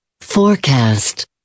Forecast